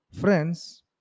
Friends